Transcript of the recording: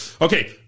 Okay